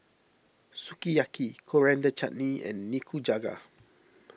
Sukiyaki Coriander Chutney and Nikujaga